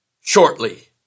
shortly